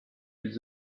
les